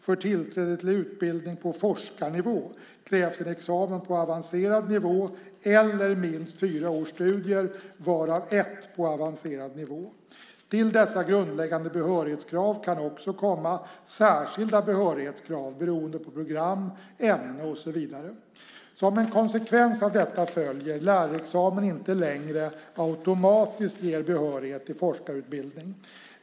För tillträde till utbildning på forskarnivå krävs en examen på avancerad nivå eller minst fyra års studier, varav ett år på avancerad nivå. Till dessa grundläggande behörighetskrav kan också komma särskilda behörighetskrav beroende på program, ämne och så vidare. Som en konsekvens av detta följer att lärarexamen inte längre automatiskt ger behörighet till forskarutbildning.